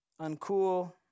uncool